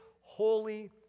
holy